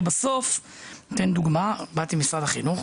אני אתן דוגמה: באתי ממשרד החינוך,